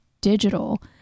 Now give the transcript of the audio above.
digital